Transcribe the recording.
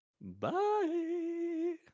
Bye